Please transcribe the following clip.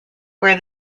where